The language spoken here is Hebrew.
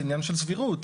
זה עניין של סבירות.